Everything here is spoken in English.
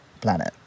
planet